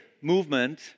movement